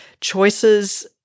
choices